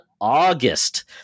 August